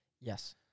Yes